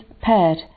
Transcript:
paired